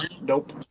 Nope